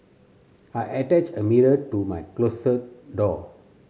I attached a mirror to my closet door